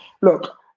look